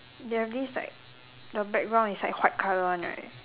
they have this like the background is like white colour one right